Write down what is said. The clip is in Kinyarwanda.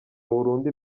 burundu